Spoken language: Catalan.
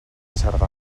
cerdà